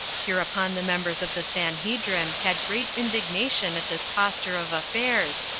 hereupon the members of the sanhedrim had great indignation at this posture of affairs,